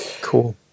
Cool